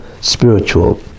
spiritual